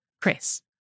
Chris